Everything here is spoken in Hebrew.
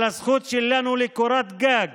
על הזכות שלנו לקורת גג